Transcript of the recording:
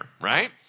right